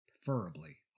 preferably